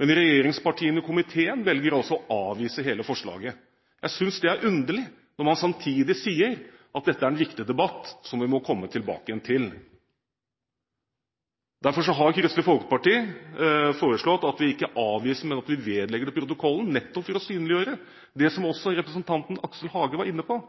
Men regjeringspartienes representanter i komiteen velger altså å avvise hele forslaget. Jeg synes det er underlig, når man samtidig sier at dette er en viktig debatt som man må komme tilbake til. Derfor har Kristelig Folkeparti foreslått ikke å avvise dette forslaget, men å vedlegge det protokollen, nettopp for å synliggjøre det som også representanten Aksel Hagen var inne på: